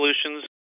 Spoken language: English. Solutions